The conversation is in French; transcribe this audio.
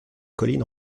colline